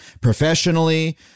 professionally